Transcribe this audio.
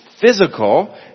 Physical